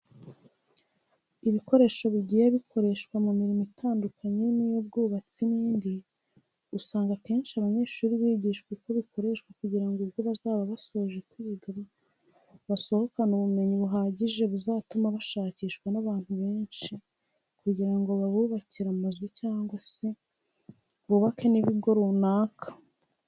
Ibikoresho bigiye bikoreshwa mu mirimo itandukanye irimo iy'ubwubatsi n'indi, usanga akenshi abanyeshuri bigishwa uko bikoreshwa kugira ngo ubwo bazaba basoje kwiga bazasohokane ubumenyi buhagije buzatuma bashakishwa n'abantu benshi kugira ngo babubakire amazu yabo cyangwa se bubake n'ibigo runaka.